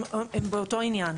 הם באותו עניין.